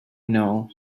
know